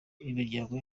imiryango